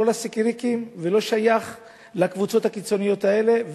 לא לסיקריקים ולא לקבוצות הקיצוניות האלה,